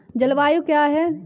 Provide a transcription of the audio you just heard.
जलवायु क्या है?